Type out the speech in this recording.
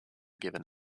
given